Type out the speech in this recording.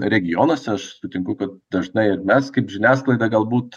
regionuose aš sutinku kad dažnai ir mes kaip žiniasklaida galbūt